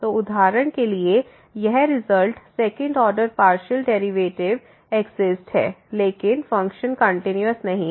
तो उदाहरण के लिए यह result second order partial derivative exist है लेकिन फ़ंक्शन कंटीन्यूअस नहीं है